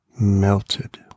melted